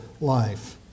life